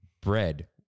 bread